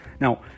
Now